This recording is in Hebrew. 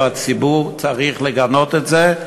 והציבור צריך לגנות את זה,